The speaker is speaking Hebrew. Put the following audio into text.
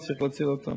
צריך להכניס את זה